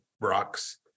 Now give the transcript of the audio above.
rocks